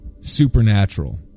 supernatural